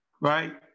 right